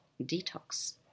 detox